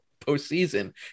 postseason